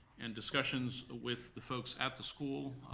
and discussions with the folks at the school,